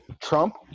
Trump